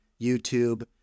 YouTube